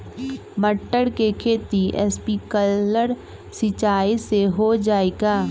मटर के खेती स्प्रिंकलर सिंचाई से हो जाई का?